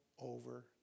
over